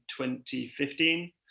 2015